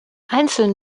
einzeln